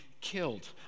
killed